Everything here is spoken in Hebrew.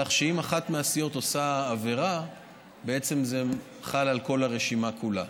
כך שאם אחת מהסיעות עושה עבירה זה בעצם חל על הרשימה כולה.